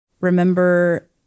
Remember